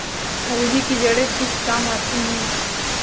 अरबी की जड़ें किस काम आती हैं?